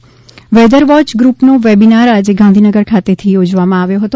વરસાદ બેઠક weather watch ગૃપનો વેબીનાર આજે ગાંધીનગર ખાતેથી યોજવામાં આવ્યો હતો